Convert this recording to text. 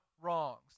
wrongs